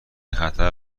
خطر